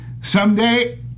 someday